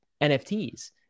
NFTs